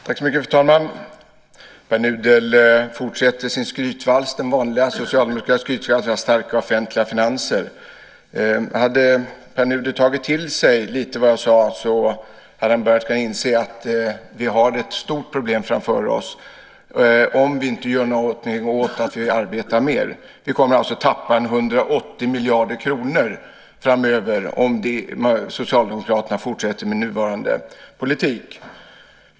Fru talman! Pär Nuder fortsätter sin skrytvals. Det är den vanliga socialdemokratiska skrytvalsen om starka offentliga finanser. Om Pär Nuder hade tagit till sig lite av vad jag sade hade han kunnat börja inse att vi har ett stort problem framför oss om vi inte gör någonting så att vi arbetar mer. Vi kommer att tappa 180 miljarder kronor framöver om Socialdemokraterna fortsätter med nuvarande politik.